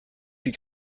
sie